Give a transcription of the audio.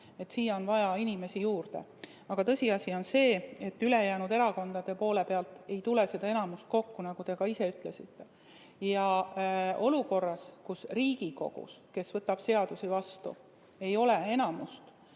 Siia on vaja inimesi juurde. Aga tõsiasi on see, et ülejäänud erakondadest ei tule seda enamust kokku, nagu te ka ise ütlesite. Ja olukorras, kus Riigikogus, kes võtab seadusi vastu, ei ole enamust,